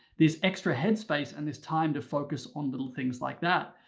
this extra head space and this time to focus on little things like that.